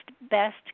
best